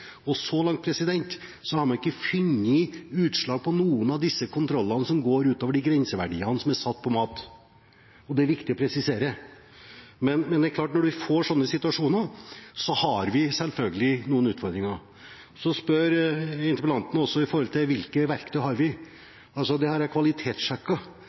og så langt har man ikke funnet utslag i noen av disse kontrollene som går utover de grenseverdiene som er satt for mat – og det er det viktig å presisere. Men det er klart at når man får slike situasjoner, har vi selvfølgelig noen utfordringer. Interpellanten spør også om hvilke verktøy vi har.